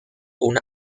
una